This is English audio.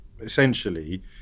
essentially